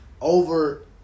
Over